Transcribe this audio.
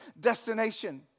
destination